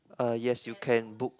uh yes you can book